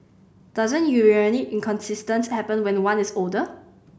doesn't urinary incontinence happen when one is older